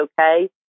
okay